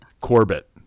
Corbett